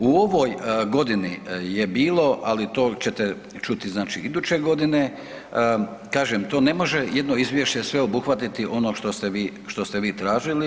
U ovoj godini je bilo, ali to ćete čuti znači iduće godine, kažem to ne može jedno izvješće sve obuhvatiti ono što ste vi tražili.